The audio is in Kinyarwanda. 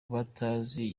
batazi